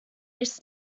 nichts